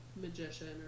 magician